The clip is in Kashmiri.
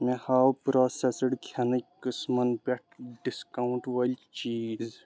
مےٚ ہاو پرٛوسیٚسٕرڈ کھٮ۪نٕکۍ قٕسٕمن پٮ۪ٹھ ڈسکاوُنٛٹ وٲلۍ چیٖز